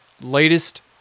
Latest